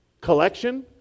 collection